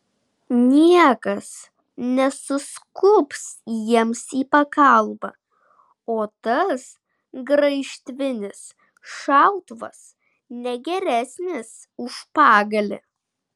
niekas nesuskubs jiems į pagalbą o tas graižtvinis šautuvas ne geresnis už pagalį